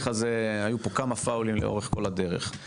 היו פה כמה פאולים לאורך הדרך בתהליך הזה.